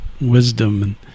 wisdom